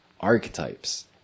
archetypes